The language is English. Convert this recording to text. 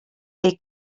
they